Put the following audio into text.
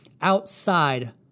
outside